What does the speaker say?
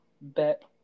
Bet